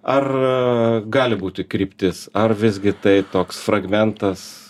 ar gali būti kryptis ar visgi tai toks fragmentas